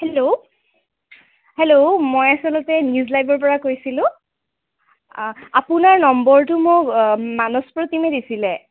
hello hello মই আচলতে news লাইভৰ পৰা কৈছিলোঁ আপোনাৰ নম্বৰটো মোক মানস প্ৰতীমে দিছিলে